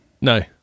No